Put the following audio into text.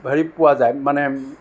হেৰি পোৱা যায় মানে